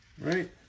right